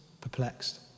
Perplexed